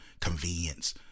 convenience